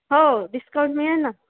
हो हो डिस्काउंट मिळेल ना